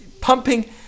pumping